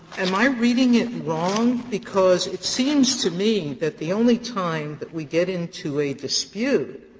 am i reading it wrong? because it seems to me that the only time that we get into a dispute